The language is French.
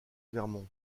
vermont